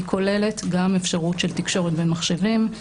היא כוללת גם אפשרות של תקשורת בין מחשבים.